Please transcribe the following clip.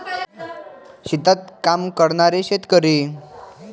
शेतात काम करणारे शेतकरी